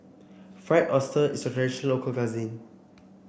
Fried Oyster is a fresh local cuisine